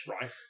Right